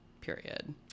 period